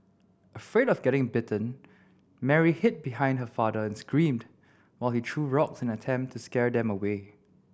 afraid of getting bitten Mary hid behind her father and screamed while he threw rocks in an attempt to scare them away